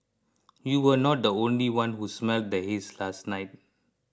you were not the only one who smelled the haze last night